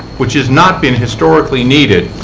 which has not been historically needed,